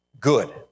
good